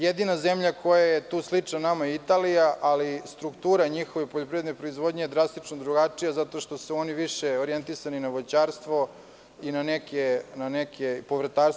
Jedina zemlja koja je slična nama jeste Italija, ali struktura njihove poljoprivredne proizvodnje je drastično drugačija zato što su oni više orjentisani na voćarstvo i na neke druge grane.